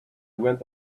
went